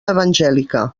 evangèlica